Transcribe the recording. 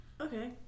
Okay